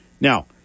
Now